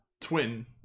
Twin